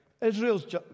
Israel's